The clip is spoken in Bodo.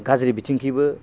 गाज्रि बिथिंखैबो